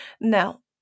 Now